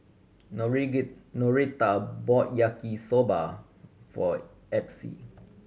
get Noreta bought Yaki Soba for Epsie